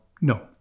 No